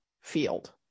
field